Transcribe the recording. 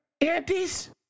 Aunties